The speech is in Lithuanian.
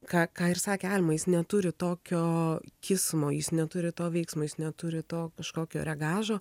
ką ką ir sakė alma jis neturi tokio kismo jis neturi to veiksmo jis neturi to kažkokio reagažo